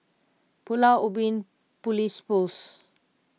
Pulau Ubin Police Post